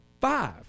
Five